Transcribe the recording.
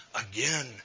again